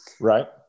Right